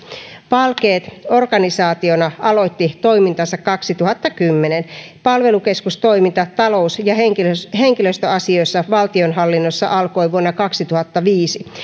palkeet organisaationa aloitti toimintansa kaksituhattakymmenen palvelukeskustoiminta talous ja henkilöstöasioissa valtionhallinnossa alkoi vuonna kaksituhattaviisi